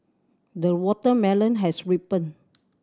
the watermelon has ripened